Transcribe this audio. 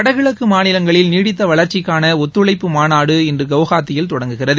வடகிழக்கு மாநிலங்களில் நீடித்த வளர்ச்சிக்கான ஒத்துழைப்பு மாநாடு இன்று குவாஹத்தியில் தொடங்குகிறது